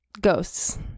Ghosts